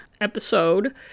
episode